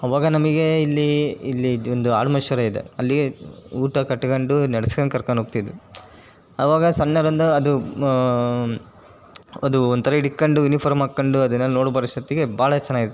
ಅವಾಗ ನಮಗೆ ಇಲ್ಲಿ ಇಲ್ಲಿ ಇದು ಒಂದು ಇದೆ ಅಲ್ಲಿ ಊಟ ಕಟ್ಕೊಂಡು ನೆಡ್ಸ್ಕಂಡು ಕರ್ಕಂಡೋಗ್ತಿದ್ರು ಅವಾಗ ಸಣ್ಣವ್ರಿಂದ ಅದು ಅದು ಒಂಥರ ಹಿಡಿಕ್ಕಂಡು ಯುನಿಫಾರಮ್ ಹಾಕ್ಕೊಂಡು ಅದಿನೆಲ್ಲ ನೋಡು ಬರೋಷ್ಟೊತ್ತಿಗೆ ಭಾಳ ಚೆನ್ನಾಗಿ